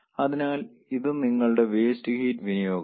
അതിനാൽ ഇത് നിങ്ങളുടെ വേസ്റ്റ് ഹീറ്റ് വിനിയോഗമാണ്